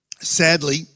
sadly